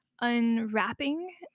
unwrapping